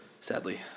sadly